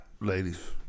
ladies